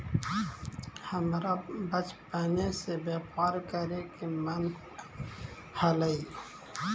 हमरा बचपने से व्यापार करे के मन हलई